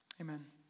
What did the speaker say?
amen